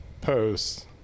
posts